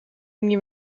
niet